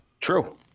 True